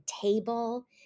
table